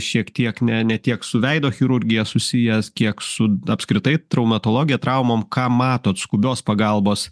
šiek tiek ne ne tiek su veido chirurgija susijęs kiek su apskritai traumatologija traumom ką matot skubios pagalbos